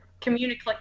communicate